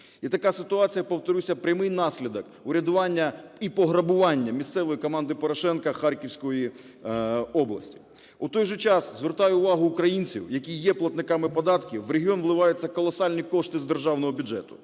І така ситуація, повторюся, - прямий наслідок урядовування і пограбування місцевої команди Порошенка Харківської області. У той же час звертаю увагу українців, які є платниками податків, в регіон вливаються колосальні кошти з державного бюджету.